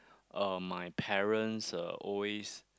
uh my parents uh always